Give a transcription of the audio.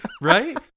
right